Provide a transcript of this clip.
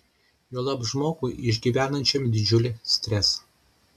juolab žmogui išgyvenančiam didžiulį stresą